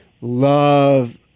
love